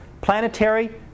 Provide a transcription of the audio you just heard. Planetary